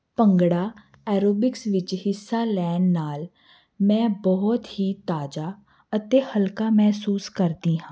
bhangra aerobics ਵਿੱਚ ਹਿੱਸਾ ਲੈਣ ਨਾਲ ਮੈਂ ਬਹੁਤ ਹੀ ਤਾਜਾ ਅਤੇ ਹਲਕਾ ਮਹਿਸੂਸ ਕਰਦੀ ਹਾਂ